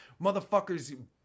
motherfuckers